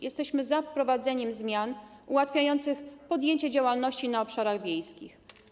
Jesteśmy za wprowadzeniem zmian ułatwiających podjęcie działalności na obszarach wiejskich.